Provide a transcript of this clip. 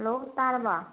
hello ꯇꯥꯔꯕ